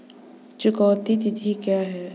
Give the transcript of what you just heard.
चुकौती तिथि क्या है?